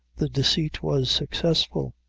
the deceit was successful.